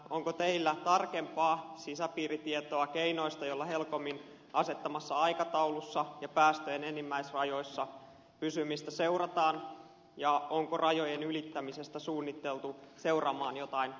onko teillä tarkempaa tietoa sisäpiiritietoa keinoista joilla helcomin asettamassa aikataulussa ja päästöjen enimmäisrajoissa pysymistä seurataan ja onko rajojen ylittämisestä suunniteltu seuraavan joitain sanktioita